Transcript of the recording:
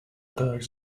birds